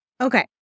Okay